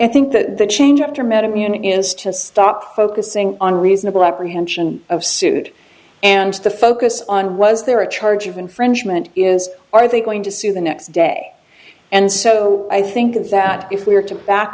i think that the change after med immune is to stop focusing on reasonable apprehension of suit and to focus on was there a charge of infringement is are they going to sue the next day and so i think that if we're to back